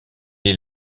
est